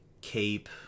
cape